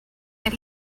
that